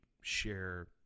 share